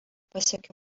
pasiekė